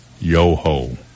yo-ho